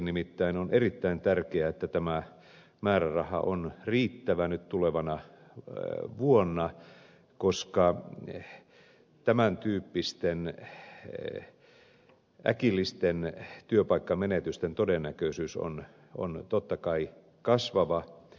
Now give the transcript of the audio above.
nimittäin on erittäin tärkeää että tämä määräraha on riittävä nyt tulevana vuonna koska tämän tyyppisten äkillisten työpaikkamenetysten todennäköisyys on totta kai kasvava